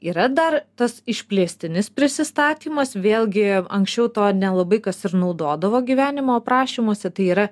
yra dar tas išplėstinis prisistatymas vėlgi anksčiau to nelabai kas ir naudodavo gyvenimo aprašymuose tai yra